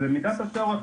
במידת הצורך,